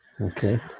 Okay